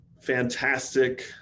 fantastic